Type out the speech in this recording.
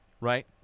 right